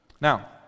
Now